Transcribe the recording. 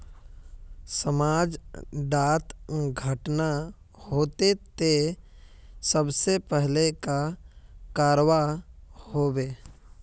समाज डात घटना होते ते सबसे पहले का करवा होबे?